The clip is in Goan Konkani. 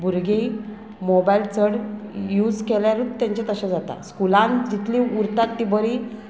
भुरगीं मोबायल चड यूज केल्यारूच तेंचें तशें जाता स्कुलान जितली उरतात तीं बरी